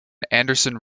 anderson